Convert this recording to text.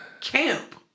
camp